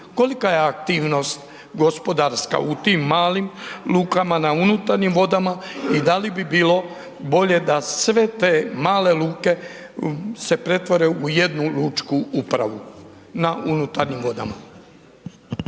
Kolika je aktivnost gospodarska u tim malim lukama, na unutarnjim vodama i da li bi bilo bolje sa sve te male luke se pretvore u jednu lučku upravu na unutarnjim vodama?